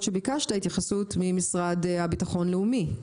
שביקשת התייחסות ממשרד לביטחון לאומי.